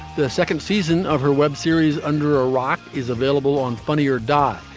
the second season of her web series under a rock is available on funny or die.